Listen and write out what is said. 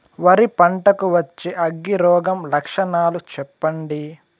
వరి పంట కు వచ్చే అగ్గి రోగం లక్షణాలు చెప్పండి?